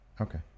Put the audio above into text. Okay